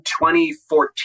2014